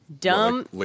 dumb